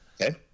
Okay